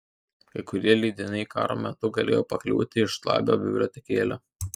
kai kurie leidiniai karo metu galėjo pakliūti į žlabio bibliotekėlę